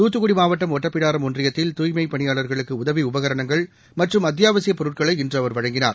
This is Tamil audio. தூத்துக்குடி மாவட்டம் ஒட்டப்பிடாரம் ஒன்றியத்தில் தூய்மை பணியாளர்களுக்கு உதவி உபகரணங்கள் மற்றும் அத்தியாவசியப் பொருட்களை இன்று அவர் வழங்கினார்